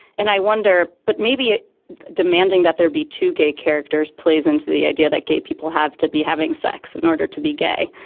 and i wonder, but maybe it demanding that there be two gay characters plays into the idea that gay people have to be having sex in order to be gay.